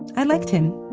i liked him.